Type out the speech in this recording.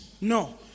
No